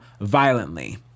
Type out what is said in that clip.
violently